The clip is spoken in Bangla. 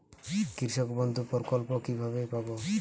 কৃষকবন্ধু প্রকল্প কিভাবে পাব?